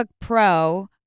Pro